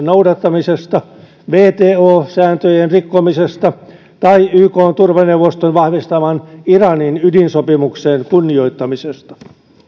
noudattamisesta wto sääntöjen rikkomisesta tai ykn turvaneuvoston vahvistaman iranin ydinsopimuksen kunnioittamisesta